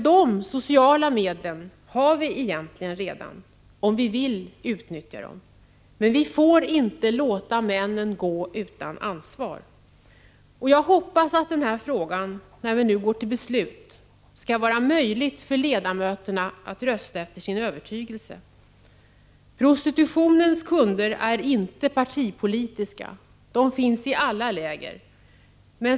De sociala medlen har vi egentligen redan om vi vill utnyttja dem, men vi får inte låta kunderna — männen — gå fria från ansvar. Jag hoppas att det, när vi nu går till beslut i den här frågan, skall vara möjligt för ledamöterna att rösta efter sin egen övertygelse. Prostitutionens kunder är inte partipolitiska. De finns i alla läger.